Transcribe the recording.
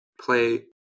play